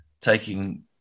taking